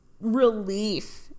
relief